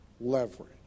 leverage